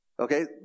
Okay